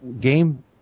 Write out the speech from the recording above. game